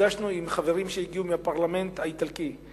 היום עם חברים שהגיעו מהפרלמנט האיטלקי,